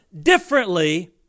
differently